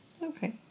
Okay